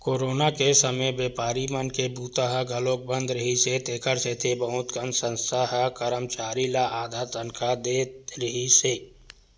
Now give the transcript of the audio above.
corona के समे बेपारी मन के बूता ह घलोक बंद रिहिस हे तेखर सेती बहुत कन संस्था ह करमचारी ल आधा तनखा दे रिहिस हे